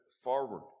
forward